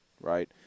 Right